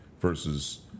versus